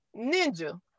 ninja